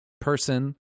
person